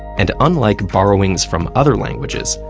and unlike borrowings from other languages,